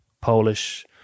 Polish